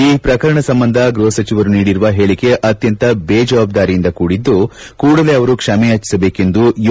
ಈ ಪ್ರಕರಣ ಸಂಬಂಧ ಗೃಹ ಸಚಿವರು ನೀಡಿರುವ ಹೇಳಿಕೆ ಅತ್ಯಂತ ಬೇಜಾವಾಬ್ಬಾರಿಯಿಂದ ಕೂಡಿದ್ದು ಕೂಡಲೇ ಅವರು ಕ್ಷಮೆಯಾಚಿಸಬೇಕೆಂದು ಯು